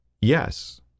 Yes